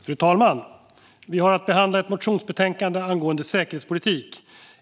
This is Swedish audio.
Fru talman! Vi har att behandla ett motionsbetänkande angående säkerhetspolitik.